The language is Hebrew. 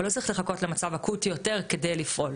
אבל לא צריך לחכות למצב אקוטי יותר כדי לפעול.